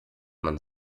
man